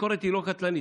ביקורת היא לא קטלנית.